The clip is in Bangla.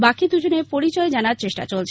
বাকি দুজনের পরিচয় জানার চেষ্টা চলছে